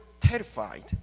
terrified